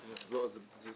צריכים לשבת על התאריכים?